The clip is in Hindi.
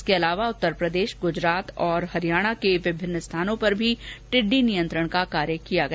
इसके अलावा उत्तरप्रदेश गुजरात और हरियाणा के विभिन्न स्थानों पर भी नियंत्रण कार्य किया गया